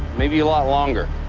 maybe a lot longer.